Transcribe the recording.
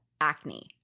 acne